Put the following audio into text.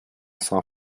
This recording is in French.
sang